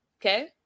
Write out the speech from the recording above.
Okay